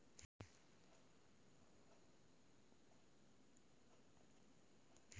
पपीता के बीज के अंकुरन क लेल कोन उपाय सहि अछि?